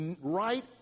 right